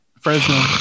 Fresno